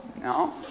No